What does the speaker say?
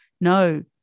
No